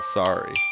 sorry